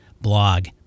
blog